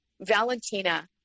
Valentina